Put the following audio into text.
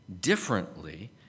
differently